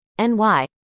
NY